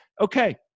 Okay